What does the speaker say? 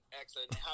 Excellent